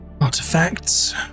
artifacts